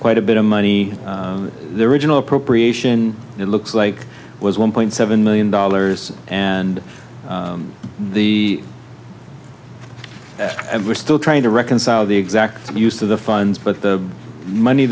quite a bit of money their original appropriation it looks like was one point seven million dollars and the and we're still trying to reconcile the exact use to the funds but the money